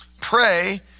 Pray